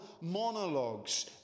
monologues